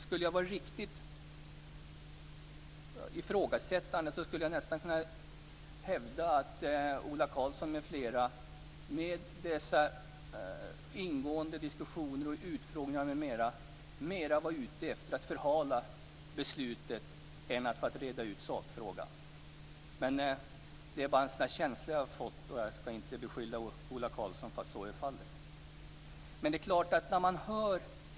Skulle jag vara riktigt ifrågasättande skulle jag nästan kunna hävda att Ola Karlsson m.fl. med dessa ingående diskussioner och utfrågningar mer är ute efter att förhala beslutet än att reda ut sakfrågan. Men det är bara en känsla jag har fått, så jag skall inte beskylla Ola Karlsson för att så är fallet.